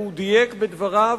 והוא דייק בדבריו,